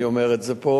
אני אומר את זה פה,